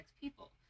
people